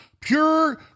pure